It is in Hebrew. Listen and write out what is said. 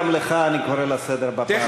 גם אותך אני קורא לסדר בפעם הראשונה.